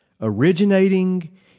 originating